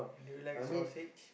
do you like sausage